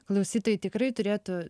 klausytojai tikrai turėtų